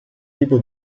tipo